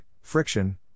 friction